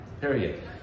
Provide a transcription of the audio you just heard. Period